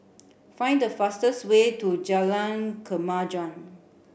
find the fastest way to Jalan Kemajuan